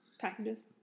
Packages